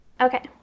Okay